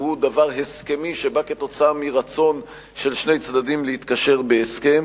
שהוא דבר הסכמי שבא כתוצאה מרצון של שני צדדים להתקשר בהסכם.